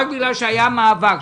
רק בגלל שהיה מאבק,